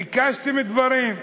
ביקשתם דברים,